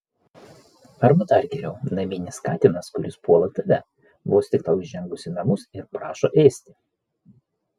arba dar geriau naminis katinas kuris puola tave vos tik tau įžengus į namus ir prašo ėsti